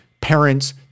parents